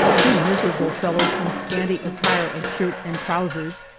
two miserable fellows in scanty attire of shirt and trousers,